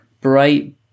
bright